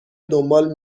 دنبال